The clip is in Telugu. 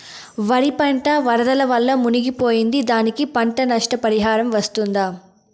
వరి పంట వరదల వల్ల మునిగి పోయింది, దానికి పంట నష్ట పరిహారం వస్తుందా?